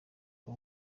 bwo